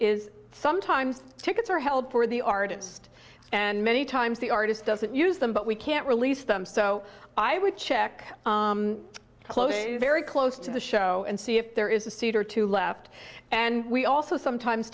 is sometimes tickets are held for the artist and many times the artist doesn't use them but we can't release them so i would check close very close to the show and see if there is a seat or two left and we also sometimes